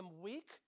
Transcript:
weak